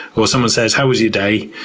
or someone says, how was your day?